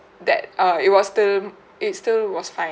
that uh it was still it still was fine